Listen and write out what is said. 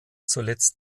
zuletzt